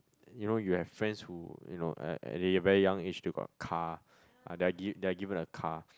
you know you have friends who you know at their very young age they got a car uh they are give they are given a car